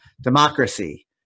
democracy